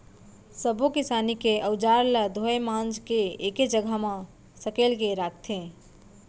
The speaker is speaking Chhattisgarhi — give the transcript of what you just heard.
सब्बो किसानी के अउजार ल धोए मांज के एके जघा म सकेल के राखथे